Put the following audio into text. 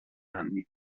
anni